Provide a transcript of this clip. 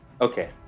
Okay